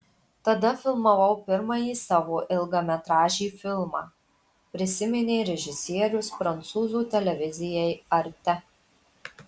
tada filmavau pirmąjį savo ilgametražį filmą prisiminė režisierius prancūzų televizijai arte